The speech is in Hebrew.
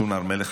סון הר מלך,